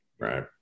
Right